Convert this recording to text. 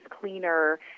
cleaner